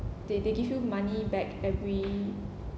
they they give you money back every